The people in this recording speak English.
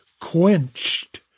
quenched